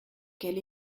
quel